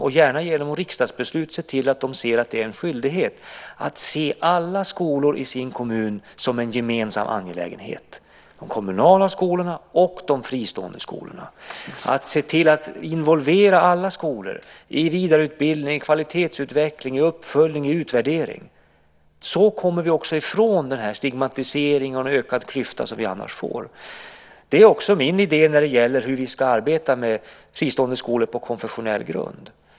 Vi ska gärna genom riksdagsbeslut se till att de inser att det är en skyldighet att se alla skolor i kommunen som en gemensam angelägenhet, de kommunala skolorna och de fristående skolorna. Vi ska se till att involvera alla skolor i vidareutbildning, kvalitetsutveckling, uppföljning och utvärdering. Så kommer vi också ifrån den stigmatisering och de ökande klyftor som vi annars får. Det är också min idé när det gäller hur vi ska jobba med fristående skolor på konfessionell grund.